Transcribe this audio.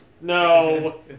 No